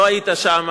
לא היית שם,